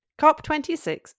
COP26